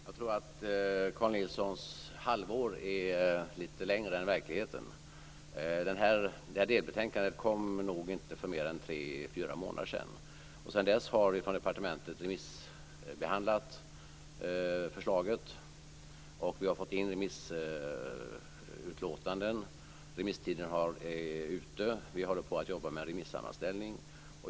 Fru talman! Carl G Nilsson talade om halvår, men jag tror inte att det var så länge sedan i verkligheten. Delbetänkandet kom nog inte för mer än tre fyra månader sedan. Sedan dess har man från departementet remissbehandlat förslaget. Vi har fått in remissutlåtanden. Remisstiden är ute. Vi håller på att jobba med en remissammanställning.